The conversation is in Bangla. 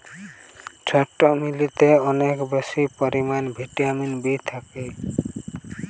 ছোট্ট মিলেতে অনেক বেশি পরিমাণে ভিটামিন বি থাকছে